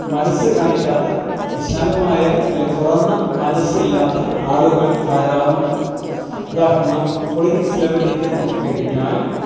മനസ് കാണിക്കാത്ത വിശാലമായ അല്ലെങ്കില് തുറന്ന മനസ്സില്ലാത്ത ആളുകൾ ധാരാളമുണ്ട് ഉദാഹരണം പൊളിറ്റിക്സ് ലെവലിലേക്ക് നോക്കിക്കഴിഞ്ഞാൽ